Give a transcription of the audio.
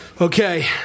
Okay